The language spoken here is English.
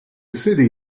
city